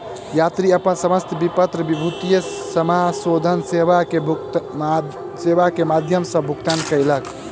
यात्री अपन समस्त विपत्र विद्युतीय समाशोधन सेवा के माध्यम सॅ भुगतान कयलक